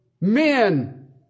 men